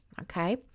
Okay